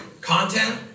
Content